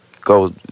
go